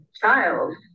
child